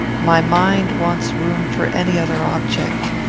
my mind wants room for any other object.